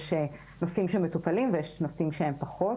יש נושאים שמטופלים ויש נושאים שהם פחות.